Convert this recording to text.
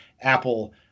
Apple